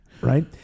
right